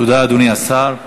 תודה, אדוני השר.